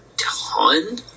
ton